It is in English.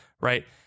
right